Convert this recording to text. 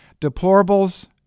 Deplorables